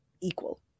equal